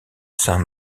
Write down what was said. saint